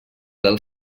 del